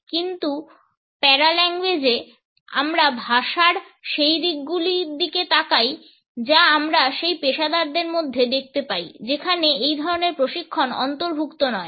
কিন্তু প্যারাভাষায় আমরা ভাষার সেই দিকগুলোর দিকে তাকাই যা আমরা সেই পেশাদারদের মধ্যে দেখতে পাই যেখানে এই ধরনের প্রশিক্ষণ অন্তর্ভুক্ত নয়